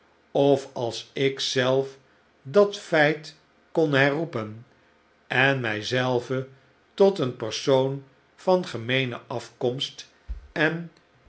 of als ik zelf dat feit kon herroepen en mij zelve tot een persoon vangemeene afkomst en